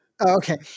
Okay